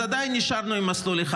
אז עדיין נשארנו עם מסלול אחד.